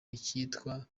icyitwa